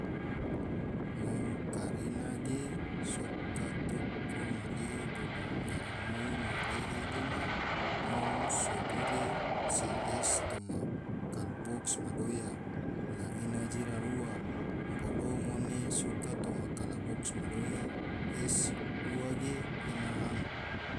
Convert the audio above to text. Ngom kare na ge soka toko marehe bolo ngaramoi marehe gena ngom so gure se toma kalboks madoya, la ena jira ua, bolo ngone soka toma kalboks madoya es ua ge ena ham.